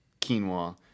quinoa